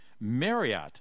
Marriott